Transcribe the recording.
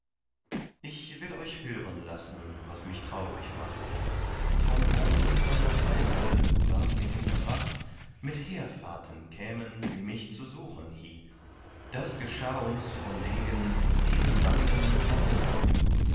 ich will euch hören lassen was mich traurig macht von boten meiner feinde ward mir hinterbracht mit heerfahrten kämen sie mich zu suchen hie das geschah uns von degen in diesen landen noch nie